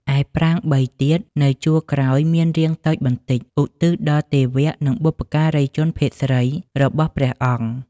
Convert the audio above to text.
ឯប្រាង្គ ៣ ទៀត នៅជួរក្រោយ មាន រាងតូចបន្តិច ឧទ្ទិសដល់ទេវៈ និង បុព្វការីជនភេទស្រីរបស់ព្រះអង្គ ។